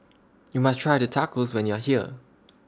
YOU must Try Tacos when YOU Are here